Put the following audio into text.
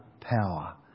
power